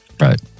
right